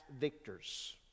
victors